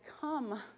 come